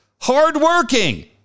hardworking